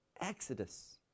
Exodus